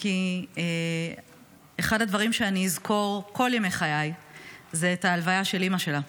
כי אחד הדברים שאני אזכור כל ימי חיי זה את ההלוויה של אימא שלה.